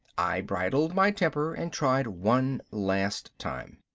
i bridled my temper and tried one last time.